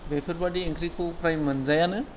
बेफोरबादि ओंख्रिखौ फ्राय मोनजायानो